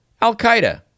Al-Qaeda